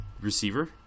receiver